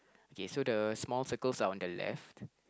okay so the small circles are on the left